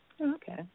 Okay